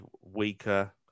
weaker